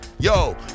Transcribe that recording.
Yo